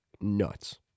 nuts